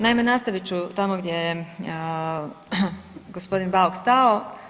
Naime nastavit ću tamo gdje je gospodin Bauk stao.